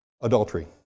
adultery